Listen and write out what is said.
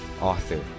author